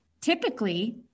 typically